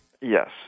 Yes